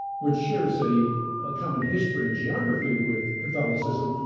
which shares a ah common history and geography with catholicism,